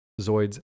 zoids